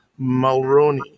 Mulroney